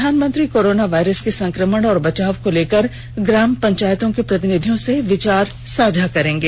प्रधानमंत्री corona virus के संक्रमण और बचाव को लेकर ग्राम पंचायतों के प्रतिनिधियों से विचार साझा करेंगे